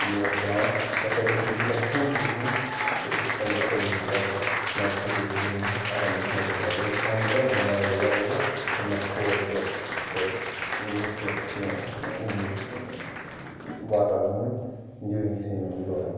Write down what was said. مےٚ ٲسۍ سرانٛٹھ تہٕ تَتہِ اوس نہٕ تیوتاہ سرٛوٚن سُہ کینٛہہ تہٕ یِتھ کٔنۍ بَچوو مےٚ سُہ بَچہِ نَتہِ پھچے سُہ دریاوس اگر ناے أسۍ موقَس پٮ۪ٹھ آسہو أسۍ ٲسۍ پانٛژھ دہ مگر مےٚ لَگٲو گۄڈے وۄٹھ تہٕ مےٚ کھول سُہ تہٕ یِم چھِ کینٛہہ واقعہٕ گٔمٕتۍ جوٗرِنٛگ سِومِنٛگ دوران